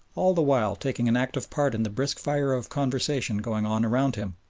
all the while taking an active part in the brisk fire of conversation going on around him.